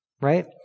right